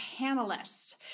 panelists